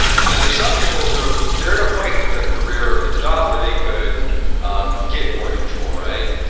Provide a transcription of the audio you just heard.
but then there are some people who they are at a point in their career, in their job where they could um get more control right,